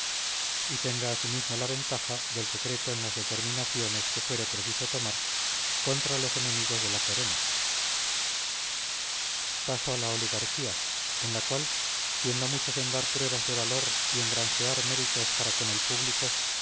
y tenga asimismo la ventaja del secreto en las determinaciones que fuere preciso tomar contra los enemigos de la corona paso a la oligarquía en la cual siendo muchos en dar pruebas de valor y en granjear méritos para con el público